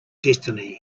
destiny